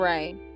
Right